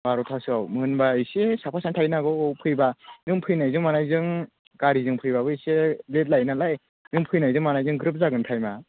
बार'थासोयाव होम्बा इसे साफा सानै थाहैनो हागोव औ फैबा नों फैनायजों मानायजों गारिजों फैबाबो इसे लेट लायो नालाय नों फैनायजों मानायजों ग्रोब जागोन थाइमा